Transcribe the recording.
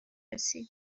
رسی